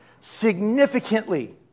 significantly